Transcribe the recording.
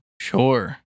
Sure